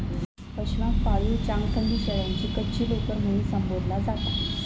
पशमाक पाळीव चांगथंगी शेळ्यांची कच्ची लोकर म्हणून संबोधला जाता